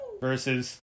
versus